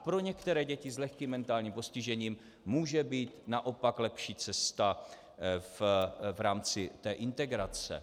Pro některé děti s lehkým mentálním postižením může být naopak lepší cesta v rámci té integrace.